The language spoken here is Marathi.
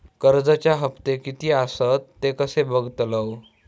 कर्जच्या हप्ते किती आसत ते कसे बगतलव?